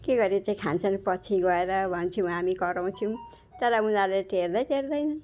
के गरेर चाहिँ खान्छन् पछि गएर भन्छौँ हामी कराउँछौँ तर उनीहरूले टेर्दैटेर्दैन